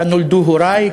כאן נולדו הורי,